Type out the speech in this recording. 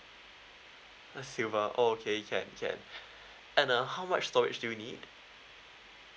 silver okay can can and ah how much storage do you need